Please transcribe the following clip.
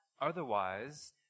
Otherwise